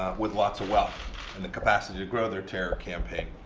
with lots of wealth and the capacity to grow their terror campaign.